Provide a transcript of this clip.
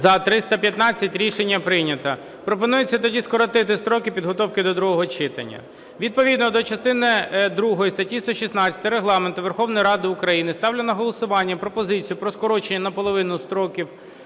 За-315 Рішення прийнято. Пропонується тоді скоротити строки підготовки до другого читання. Відповідно до частини другої статті 116 Регламенту Верховної Ради України ставлю на голосування пропозицію про скорочення наполовину строків